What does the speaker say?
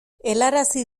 helarazi